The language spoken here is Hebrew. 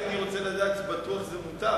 רק אני רוצה לדעת שבטוח שזה מותר.